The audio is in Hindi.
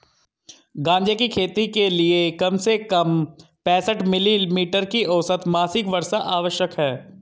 गांजे की खेती के लिए कम से कम पैंसठ मिली मीटर की औसत मासिक वर्षा आवश्यक है